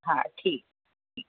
हा ठीकु ठीकु हा